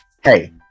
hey